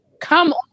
come